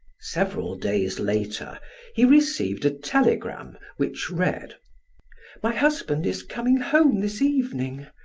several days later he received a telegram which read my husband is coming home this evening.